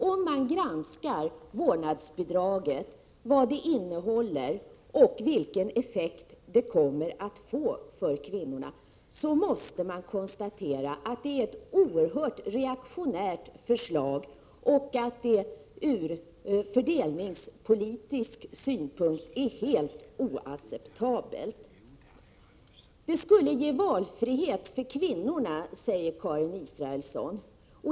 Om man granskar vårdnadsbidraget, vad det innehåller och vilken effekt det kommer att få för kvinnorna, så måste man konstatera att det är ett oerhört reaktionärt förslag. Det är ur fördelningspolitisk synpunkt helt oacceptabelt. Det skulle ge valfrihet för kvinnorna, säger Karin Israelsson.